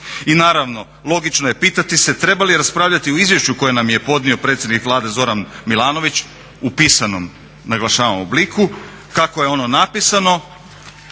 I naravno, logično je pitati se treba li raspravljati o izvješću koje nam je podnio predsjednik Vlade Zoran Milanović u pisanom, naglašavam obliku kako je ono napisano,